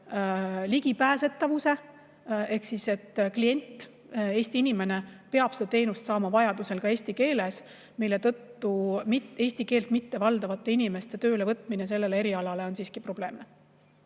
keelelise ligipääsetavuse. Klient, Eesti inimene, peab seda teenust saama vajaduse korral ka eesti keeles, mille tõttu eesti keelt mittevaldavate inimeste töölevõtmine sellele erialale on siiski probleemne.